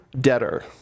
Debtor